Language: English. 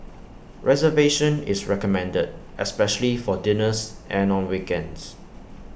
reservation is recommended especially for dinners and on weekends